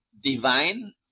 divine